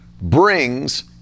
brings